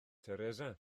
teresa